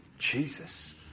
Jesus